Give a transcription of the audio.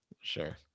Sure